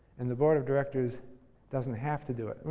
and the board of directors doesn't have to do it.